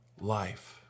life